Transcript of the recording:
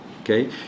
okay